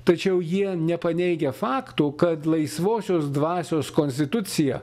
tačiau jie nepaneigia fakto kad laisvosios dvasios konstitucija